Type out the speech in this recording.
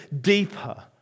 deeper